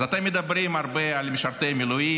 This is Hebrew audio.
אז אתם מדברים הרבה על משרתי מילואים,